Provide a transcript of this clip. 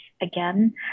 again